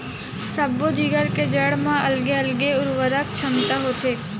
सब्बो जिगर के जड़ म अलगे अलगे उरवरक छमता होथे